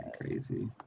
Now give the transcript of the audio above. Crazy